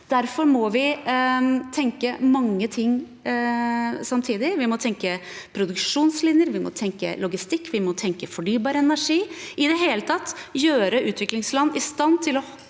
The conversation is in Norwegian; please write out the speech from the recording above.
Derfor må vi tenke mange ting samtidig. Vi må tenke produksjonslinjer, vi må tenke logistikk, vi må tenke fornybar energi. I det hele tatt må vi gjøre utviklingsland i stand til å